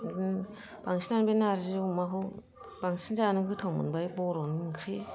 बांसिनानो बे नारजि अमाखौ बांसिन जानो गोथाव मोनबाय बर'नि ओंख्रि